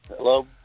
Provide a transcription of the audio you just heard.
Hello